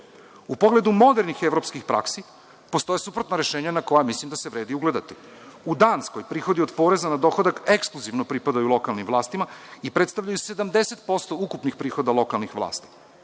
pogledu modernih evropskih praksi postoje suprotna rešenja na koja mislim da se vredi ugledati. U Danskoj prihodi od poreza na dohodak ekskluzivno pripadaju lokalnim vlastima i predstavljaju 70% ukupnih prihoda lokalnih vlasti.